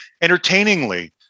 entertainingly